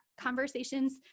conversations